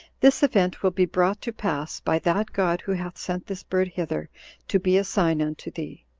this event will be brought to pass by that god who hath sent this bird hither to be a sign unto thee.